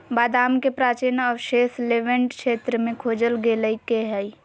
बादाम के प्राचीन अवशेष लेवेंट क्षेत्र में खोजल गैल्के हइ